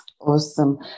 Awesome